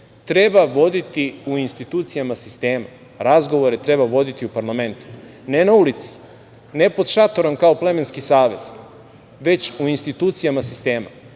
treba voditi u institucijama sistema. Razgovore treba voditi u parlamentu, ne na ulici, ne pod šatorom kao plemenski savez, već u institucijama sistema.